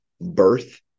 birth